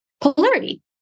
polarity